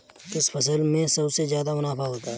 किस फसल में सबसे जादा मुनाफा होता है?